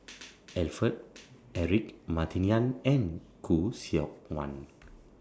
Alfred Eric Martin Yan and Khoo Seok Wan